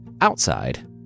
Outside